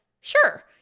sure